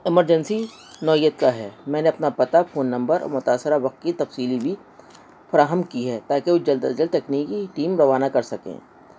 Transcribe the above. emergency نوعیت کا ہے میں نے اپنا پتہ فون نمبر اور متاثرہ وقت کی تفصیل بھی فراہم کی ہے تاکہ وہ جلد از جلد تکنیکی ٹیم روانہ کر سکیں